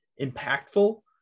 impactful